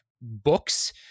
books